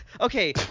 Okay